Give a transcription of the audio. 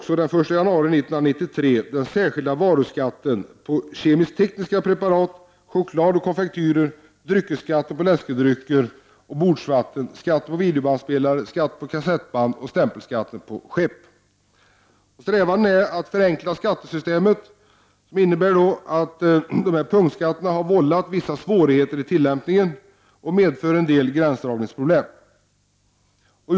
Strävandena att förenkla skattesystemet innebär bl.a. att vissa punktskatter slopas, bl.a. sådana som vållat svårigheter i tillämpningen och medför en del gränsdragningsproblem.